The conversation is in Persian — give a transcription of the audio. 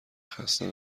خسته